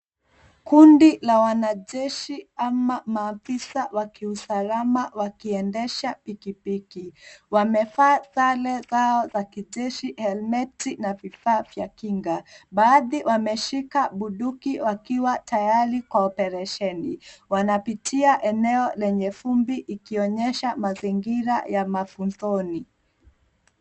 Kundi la wanajeshi ama maafisa wa kiusalama wakiendesha pikipiki. Wamevaa sare zao za kijeshi na helmeti ya kinga. Baadhi wameshika bunduki wakiwa tayari kwa operesheni. Wanapitia eneo lenye vumbi ikionyesha mazingira ya mafunzoni.